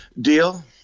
deal